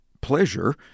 pleasure